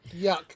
Yuck